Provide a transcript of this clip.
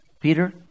Peter